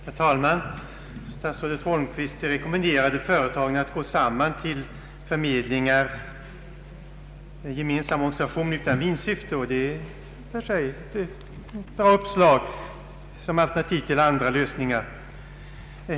Herr talman! Statsrådet Holmqvist rekommenderade företagen att gå samman till gemensamma förmedlingar utan vinstsyfte. Det kanske är ett bra uppslag såsom alternativ till andra lösningar.